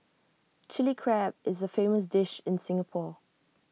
Chilli Crab is A famous dish in Singapore